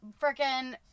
freaking